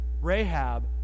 Rahab